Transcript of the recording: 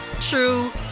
true